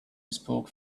spoke